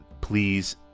please